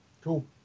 Cool